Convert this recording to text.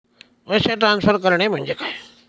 पैसे ट्रान्सफर करणे म्हणजे काय?